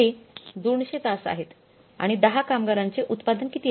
ते 200 तास आहेत आणि 10 कामगारांचे उत्पादन किती आहे